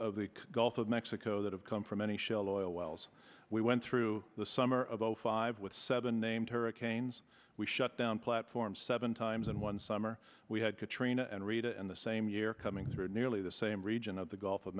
of the gulf of mexico that have come from any shell oil wells we went through the summer of zero five with seven named hurricanes we shut down platforms seven times in one summer we had katrina and rita in the same year coming through nearly the same region of the gulf of